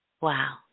Wow